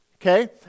okay